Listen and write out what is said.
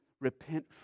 repent